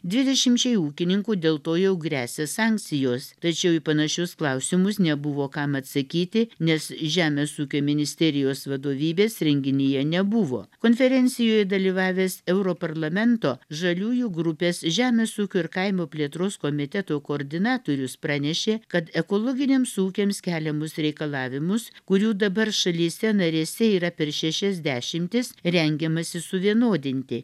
dvidešimčiai ūkininkų dėl to jau gresia sankcijos tačiau į panašius klausimus nebuvo kam atsakyti nes žemės ūkio ministerijos vadovybės renginyje nebuvo konferencijoje dalyvavęs europarlamento žaliųjų grupės žemės ūkio ir kaimo plėtros komiteto koordinatorius pranešė kad ekologiniams ūkiams keliamus reikalavimus kurių dabar šalyse narėse yra per šešias dešimtis rengiamasi suvienodinti